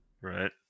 right